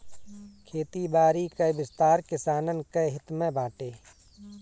खेती बारी कअ विस्तार किसानन के हित में बाटे